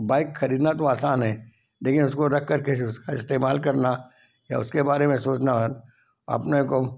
तो बाइक खरीदना तो आसान है लेकिन उसको रख कर के उसका इस्तेमाल करना या उसके बारे में सोचना और अपने को